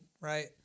right